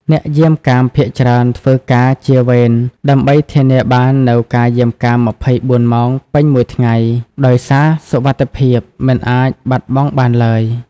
អ្នកយាមកាមភាគច្រើនធ្វើការជា វេន ដើម្បីធានាបាននូវការយាមកាម ២៤ ម៉ោងពេញមួយថ្ងៃ ដោយសារសុវត្ថិភាពមិនអាចបាត់បង់បានឡើយ។